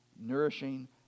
nourishing